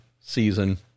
season